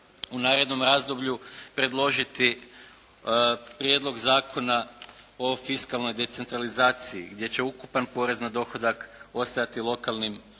u narednom razdoblju predložiti prijedlog zakona o fiskalnoj decentralizaciji gdje će ukupan porez na dohodak ostajati lokalnim